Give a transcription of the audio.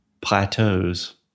plateaus